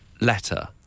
letter